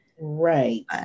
Right